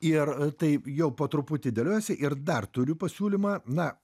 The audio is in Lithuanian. ir taip jau po truputį dėliojasi ir dar turiu pasiūlymą na